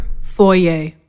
foyer